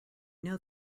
know